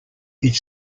its